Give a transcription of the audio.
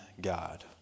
God